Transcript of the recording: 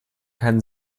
keinen